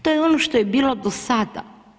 To je ono što je bilo do sada.